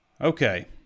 okay